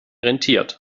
rentiert